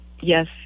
Yes